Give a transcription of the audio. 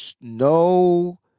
No